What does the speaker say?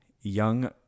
young